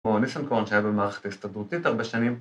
‫כמו ניסנקורן שהיה במערכת ‫ההסתדרותית הרבה שנים.